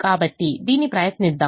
కాబట్టి దీన్ని ప్రయత్నిద్దాం